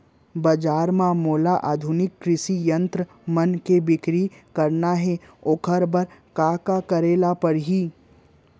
बजार म मोला आधुनिक कृषि यंत्र मन के बिक्री करना हे ओखर बर का करे ल पड़ही?